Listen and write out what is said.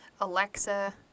Alexa